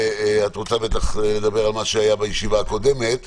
את רוצה בוודאי לדבר על מה שהיה בישיבה הקודמת.